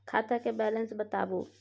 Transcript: खाता के बैलेंस बताबू?